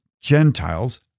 Gentiles